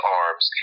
arms